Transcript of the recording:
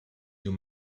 your